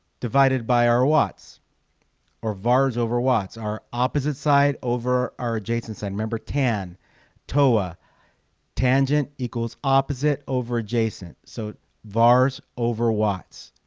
divided by our watts or vars over watts our opposite side over our adjacent side remember tan toa tangent equals opposite over adjacent so vars over watts,